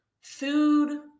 food